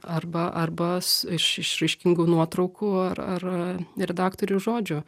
arba arba s iš išraiškingų nuotraukų ar ar a redaktorių žodžių